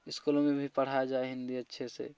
स्कूलों में भी पढ़ाया जाए हिंदी अच्छे से